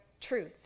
truth